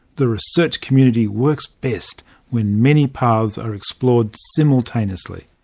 the research community works best when many paths are explored simultaneously.